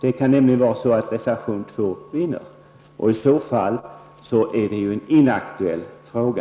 Det kan nämligen vara så att reservation 2 vinner, och i så fall är det ju en inaktuell fråga.